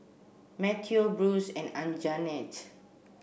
Matteo Bruce and Anjanette